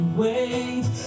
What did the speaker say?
wait